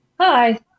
Hi